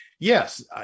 Yes